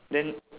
then